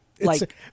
Like-